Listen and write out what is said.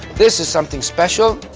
this is something special.